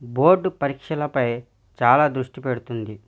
board పరీక్షలపై చాలా దృష్టి పెడుతుంది